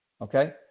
okay